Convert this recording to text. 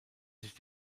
sich